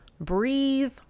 breathe